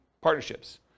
partnerships